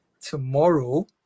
tomorrow